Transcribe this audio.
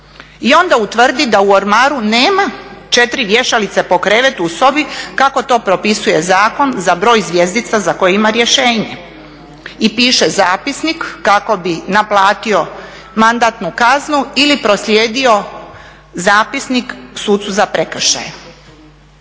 I onda utvrdi da u ormaru nema četiri vješalice po krevetu u sobi kako to propisuje zakon za broj zvjezdica za koje ima rješenje. I piše zapisnik kako bi naplatio mandatnu kaznu ili proslijedio zapisnik sucu za prekršaje.